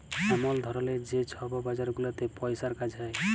এমল ধরলের যে ছব বাজার গুলাতে পইসার কাজ হ্যয়